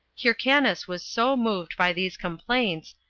hyrcanus was so moved by these complaints,